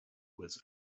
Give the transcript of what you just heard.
was